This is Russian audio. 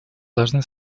должны